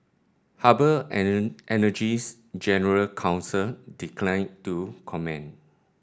harbour Energy's general counsel declined to comment